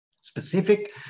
specific